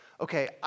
okay